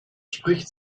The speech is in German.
spricht